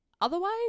Otherwise